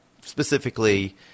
specifically